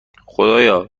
خدایا